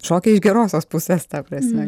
šoke iš gerosios pusės ta prasme